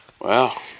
wow